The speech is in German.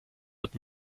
wird